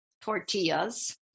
tortillas